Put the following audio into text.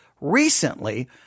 recently